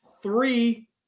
Three